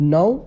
Now